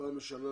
פעם בשנה,